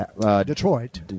Detroit